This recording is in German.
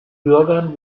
bürgern